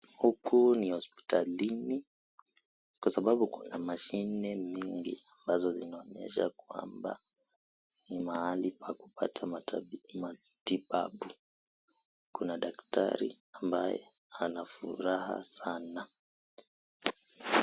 Huku ni hospitalini kwa sababu kuna mashine nyingi ambazo zinaonyesha kwamba ni mahali pa kupata matibabu. Kuna daktari ambaye anafurqha sana.